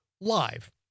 live